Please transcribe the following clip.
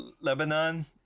Lebanon